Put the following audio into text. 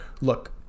look